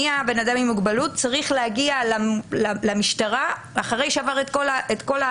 מי הבן אדם עם מוגבלות צריך להגיע למשטרה אחרי שעבר את כל התהליכים,